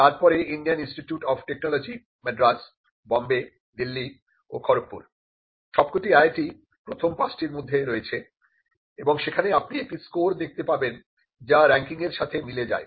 তারপরে Indian institute of technology মাদ্রাজবোম্বেদিল্লি ও খড়গপুর সবকটি IIT প্রথম পাঁচটির মধ্যে রয়েছে এবং সেখানে আপনি একটি স্কোর দেখতে পাবেন যা রেংকিং এর সাথে মিলে যায়